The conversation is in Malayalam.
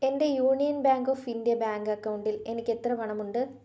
എൻ്റെ Union Bank of India bank അക്കൗണ്ടിൽ എനിക്ക് എത്ര പണമുണ്ട്